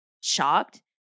shocked